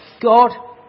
God